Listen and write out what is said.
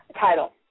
title